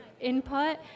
input